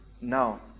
now